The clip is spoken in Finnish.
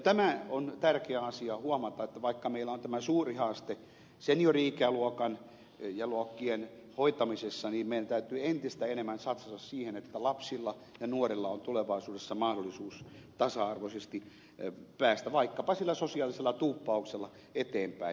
tämä on tärkeä asia huomata että vaikka meillä on tämä suuri haaste seniori ikäluokkien hoitamisessa niin meidän täytyy entistä enemmän satsata siihen että lapsilla ja nuorilla on tulevaisuudessa mahdollisuus tasa arvoisesti päästä vaikkapa sillä sosiaalisella tuuppauksella eteenpäin